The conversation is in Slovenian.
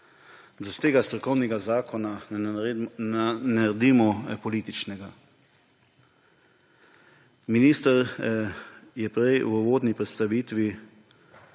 iz tega strokovnega zakona ne naredimo političnega. Minister je prej v uvodni predstavitvi